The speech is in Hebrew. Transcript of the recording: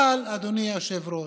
אבל אדוני היושב-ראש,